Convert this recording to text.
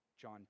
John